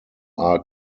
are